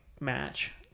Match